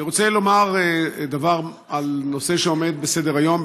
אני רוצה לומר דבר על נושא שעומד על סדר-היום.